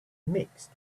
mixed